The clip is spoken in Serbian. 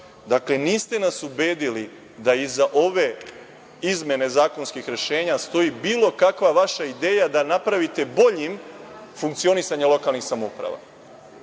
niste nas ubedili da iza ove izmene zakonskih rešenja stoji bilo kakva vaša ideja da napravite boljim funkcionisanje lokalnih samouprava.